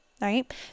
right